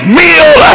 meal